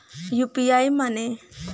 UPI माने?